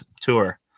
tour